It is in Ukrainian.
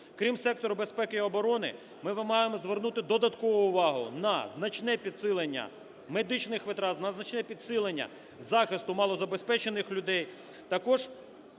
Крім сектору безпеки і оборони ми вимагаємо звернути додатково увагу на значне підсилення медичних витрат, на значне підсилення захисту малозабезпечених людей.